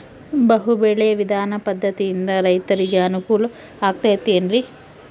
ಬಹು ಬೆಳೆ ವಿಧಾನ ಪದ್ಧತಿಯಿಂದ ರೈತರಿಗೆ ಅನುಕೂಲ ಆಗತೈತೇನ್ರಿ?